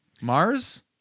Mars